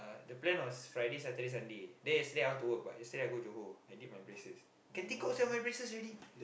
the plan was Friday Saturday Sunday then yesterday I want to work but yesterday I go Johor I did my braces can take out sia my braces already